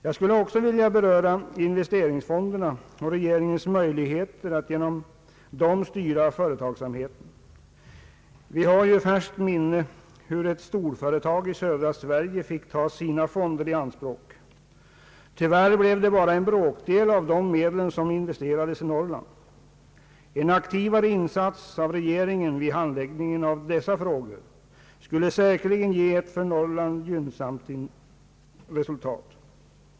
Jag vill i stället säga några ord om investeringsfonderna och regeringens möjligheter att styra företagsamheten med hjälp av dessa. Vi har i färskt minne hur ett storföretag i södra Sverige fick ta sina fonder i anspråk, varvid tyvärr endast en bråkdel investerades i Norrland. En aktivare insats av regeringen vid handläggningen av dessa frågor skulle säkerligen ha ett för Norrland gynnsamt resultat.